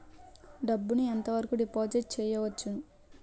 డబ్బు ను ఎంత వరకు డిపాజిట్ చేయవచ్చు?